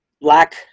black